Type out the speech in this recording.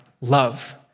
love